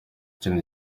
ikintu